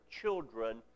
children